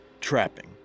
trapping